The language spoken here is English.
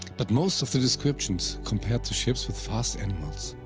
but most of the descriptions compared the ships with fast animals.